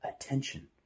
attention